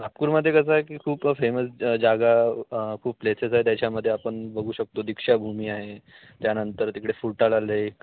नागपूरमध्ये कसं आहे की खूप फेमस जागा खूप प्लेसेस आहेत त्याच्यामध्ये आपण बघू शकतो दीक्षाभूमी आहे त्यानंतर तिकडे फुटाळा लेक